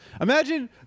Imagine